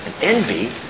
Envy